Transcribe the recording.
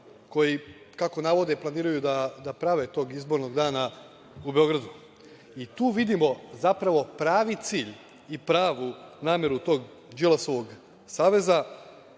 koji, kako navode da prave tog izbornog dana u Beogradu i tu vidimo zapravo pravi cilj i nameru tog Đilasovog